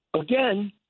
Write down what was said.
Again